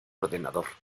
ordenador